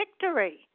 victory